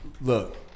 look